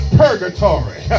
purgatory